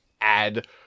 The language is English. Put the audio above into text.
add-